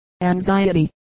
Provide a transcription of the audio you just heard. Anxiety